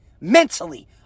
Mentally